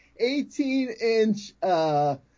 18-inch –